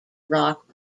rock